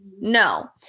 no